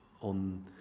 on